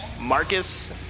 marcus